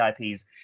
IPs